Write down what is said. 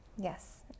Yes